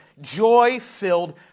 joy-filled